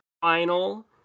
final